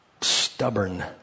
stubborn